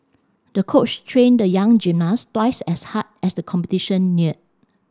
the coach trained the young gymnast twice as hard as the competition neared